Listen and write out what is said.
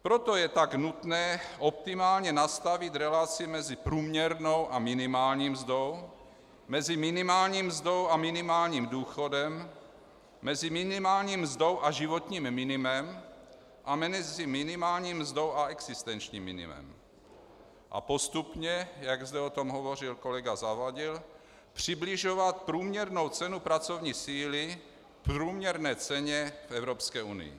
Proto je tak nutné optimálně nastavit relaci mezi průměrnou a minimální mzdou, mezi minimální mzdou a minimálním důchodem, mezi minimální mzdou a životním minimem a mezi minimální mzdou a existenčním minimem a postupně, jak zde o tom hovořil kolega Zavadil, přibližovat průměrnou cenu pracovní síly průměrné ceně v Evropské unii.